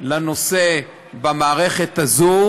לנושא במערכת הזו,